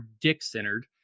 dick-centered